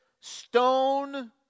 stone